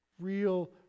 real